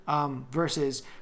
Versus